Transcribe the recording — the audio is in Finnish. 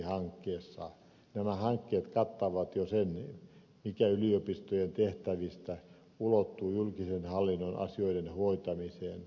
nämä hankkeet kattavat jo sen mikä yliopistojen tehtävistä ulottuu julkisen hallinnon asioiden hoitamiseen